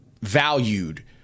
valued